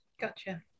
Gotcha